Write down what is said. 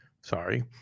sorry